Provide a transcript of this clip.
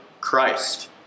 Christ